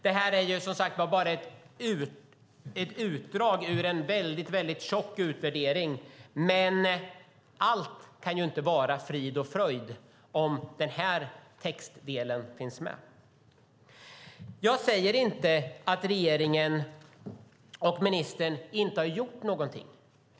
Detta är som sagt bara ett utdrag ur en väldigt tjock utvärdering, men allt kan inte vara frid och fröjd om den här textdelen finns med. Jag säger inte att regeringen och ministern inte har gjort något.